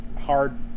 hard